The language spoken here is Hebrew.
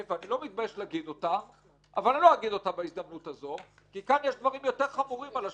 אני מתכבד לפתוח את ישיבת ועדת